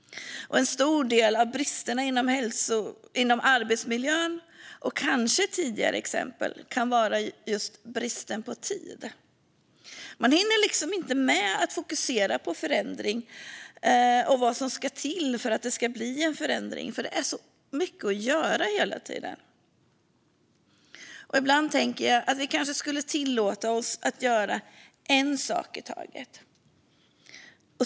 En stor del av bristerna i fråga om arbetsmiljön och kanske i tidigare exempel kan handla om brist på tid. Man hinner liksom inte med att fokusera på förändring och vad som ska till för att det ska bli en förändring, för det är så mycket att göra hela tiden. Ibland tänker jag att vi kanske borde tillåta oss att göra en sak i taget.